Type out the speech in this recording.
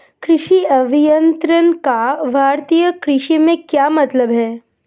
कृषि अभियंत्रण का भारतीय कृषि में क्या महत्व है?